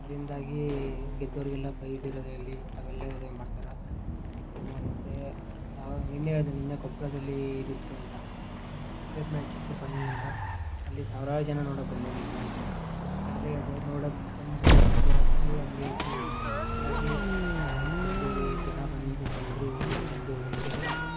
ಅದರಿಂದಾಗಿ ಗೆದ್ದವರಿಗೆಲ್ಲ ಪ್ರೈಝ್ ಇರೋದರಲ್ಲಿ ಅವೆಲ್ಲ ಇರೋದು ಮಾಡ್ತಾರೆ ಮತ್ತು ನಾವ್ ನಿನ್ನೆ ಹೇಳ್ದೆ ನಿನ್ನೆ ಕೊಪ್ಪಳದಲ್ಲಿ ಇದಿತ್ತು ಅಂತ ಏನು ಕ್ರಿಕೆಟ್ ಮ್ಯಾಚಿತ್ತು ಫೈನಲಂತ ಅಲ್ಲಿ ಸಾವ್ರಾರು ಜನ ನೋಡೋಕೆ ಬಂದಿದ್ದರಲ್ಲಿ ಮ್ಯಾಚ್ ಬಟ್ ಅದೇ ಹೇಳ್ದೆ ನೋಡೋಕೆ ಬಂದಿದ್ದರು ಬಟ್ ಬಿಸಿಲು ಹಾಗೆ ಇತ್ತು ಹಾಗಾಗಿ ನಮಗೆ ಜಲ್ದಿ ಜನ ಬಂದು ಬಂದರು ಹೋದ್ರು ಬಂದರು ಹೋದ್ರು ಹೀಗೆ ಆಯಿತು